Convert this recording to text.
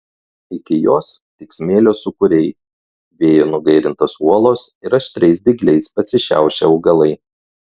iki jos tik smėlio sūkuriai vėjo nugairintos uolos ir aštriais dygliais pasišiaušę augalai